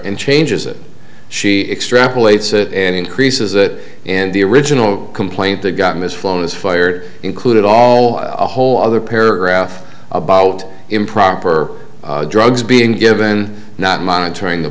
and changes it she extrapolates it and increases it and the original complaint gotten his phone is fired included all a whole other paragraph about improper drugs being given not monitoring the